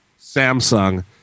Samsung